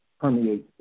permeates